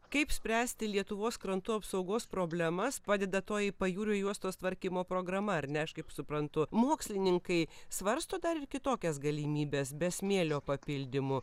kaip spręsti lietuvos krantų apsaugos problemas padeda toji pajūrio juostos tvarkymo programa ar ne aš kaip suprantu mokslininkai svarsto dar ir kitokias galimybes be smėlio papildymų